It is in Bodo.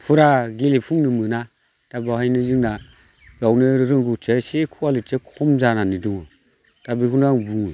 फुरा गेलेफुंनो मोना दा बेवहायनो जोंना बेयावनो रोंगौथिया एसे कुवालिथिआ खम जानानै दङ दा बेखौनो आं बुङो